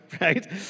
right